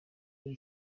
kuri